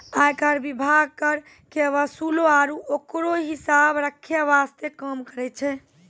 आयकर विभाग कर के वसूले आरू ओकरो हिसाब रख्खै वास्ते काम करै छै